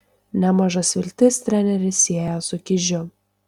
nemažas viltis treneris sieja su kižiu